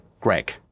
greg